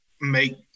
make